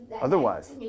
otherwise